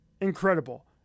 incredible